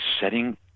setting